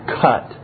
cut